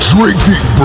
Drinking